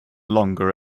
longer